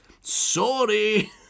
Sorry